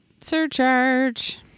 Surcharge